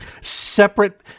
separate